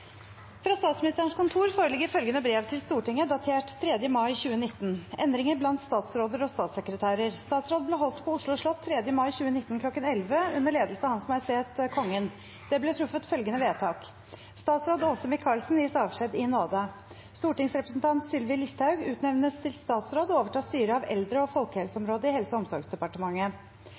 Fra Statsministerens kontor foreligger følgende brev til Stortinget, datert 3. mai 2019: «Endringer blant statsråder og statssekretærer Statsråd ble holdt på Oslo slott 3. mai 2019 kl. 1100 under ledelse av Hans Majestet Kongen. Det ble truffet følgende vedtak: Statsråd Åse Michaelsen gis avskjed i nåde. Stortingsrepresentant Sylvi Listhaug utnevnes til statsråd og overtar styret av eldre- og folkehelseområdet i Helse- og omsorgsdepartementet.